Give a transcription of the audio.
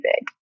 big